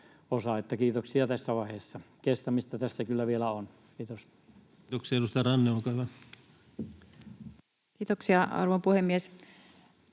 kiitoksia tässä vaiheessa. Kestämistä tässä kyllä vielä on. — Kiitos. Kiitoksia. — Edustaja Ranne, olkaa hyvä. Kiitoksia, arvon puhemies!